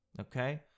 okay